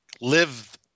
live